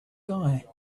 guy